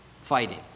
fighting